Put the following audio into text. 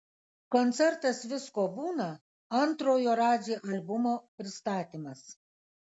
koncertas visko būna antrojo radži albumo pristatymas